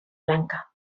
lanka